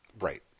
right